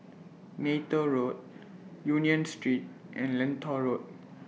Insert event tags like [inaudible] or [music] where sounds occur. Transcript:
[noise] Neythal Road Union Street and Lentor Road